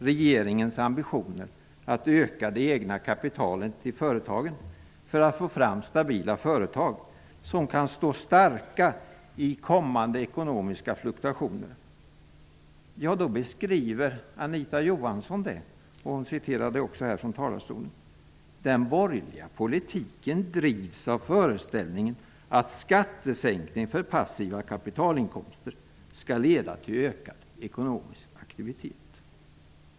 regeringens ambitioner att öka det egna kapitalet i företagen för att få fram stabila företag som kan stå starka i kommande ekonomiska fluktuationer så här: ''Den borgerliga politiken drivs av föreställningen att skattesänkningar för passiva kapitalinkomster skall leda till ökad ekonomisk aktivitet.''